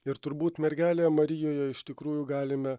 ir turbūt mergelėje marijoje iš tikrųjų galime